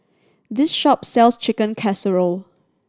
this shop sells Chicken Casserole